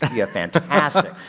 to be a fantastic,